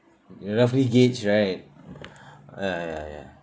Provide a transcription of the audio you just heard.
you roughly gauge right ah ya ya